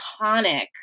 iconic